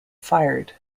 fired